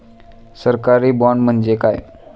सरकारी बाँड म्हणजे काय?